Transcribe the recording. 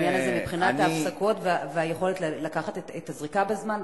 מבחינת ההפסקות והיכולת לקחת את הזריקה בזמן,